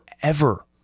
forever